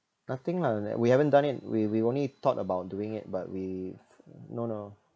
nothing lah like we haven't done it we we only thought about doing it but we no no